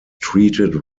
treated